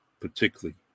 particularly